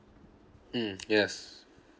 mm yes